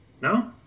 no